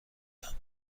یاد